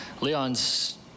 leon's